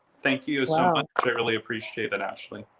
thank you so and clearly appreciate that, ashley.